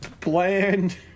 bland